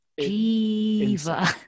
Jeeva